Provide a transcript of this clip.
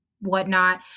whatnot